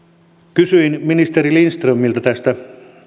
kysyin ministeri lindströmiltä näistä